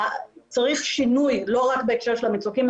צריך שינוי לא רק בהקשר של המצוקים.